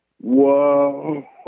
Whoa